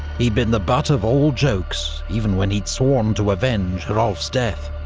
he'd been the butt of all jokes even when he'd sworn to avenge hrolf's death.